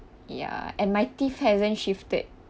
ya and my teeth hasn't shifted